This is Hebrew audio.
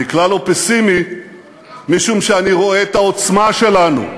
אני כלל לא פסימי משום שאני רואה את העוצמה שלנו,